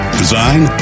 design